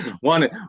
one